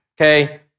okay